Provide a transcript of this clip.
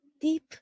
Deep